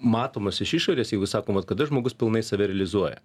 matomas iš išorės jeigu sakom vat kada žmogus pilnai save realizuoja